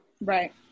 right